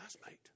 classmate